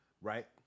Right